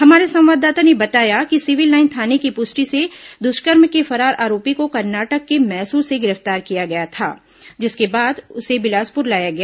हमारे संवाददाता ने बताया कि सिविल लाइन थाने की पुलिस ने दुष्कर्म के फरार आरोपी को कर्नाटक के मैसूर से गिरफ्तार किया था जिसके बाद उसे बिलासपुर लाया गया